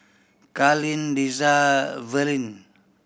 Carleen Liza Verlyn